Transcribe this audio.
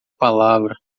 palavra